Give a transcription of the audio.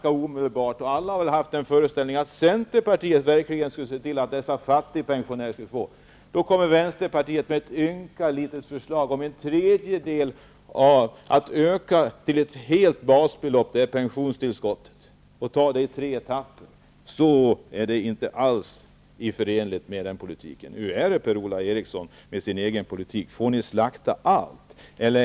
Alla har väl haft den föreställningen att centerpartiet skulle se till att fattigpensionärerna skulle få det bättre. När vänsterpartiet så kommer med ett ynka litet förslag om att i tre etapper öka pensionstillskottet till ett helt basbelopp är det plötsligt inte alls förenligt med den politiken. Får ni slakta allt i er egen politik, Per-Ola Eriksson?